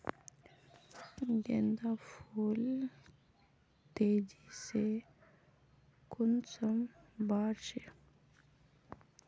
गेंदा फुल तेजी से कुंसम बार से?